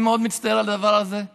אני מאוד מצטער על הדבר הזה.